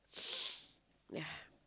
yeah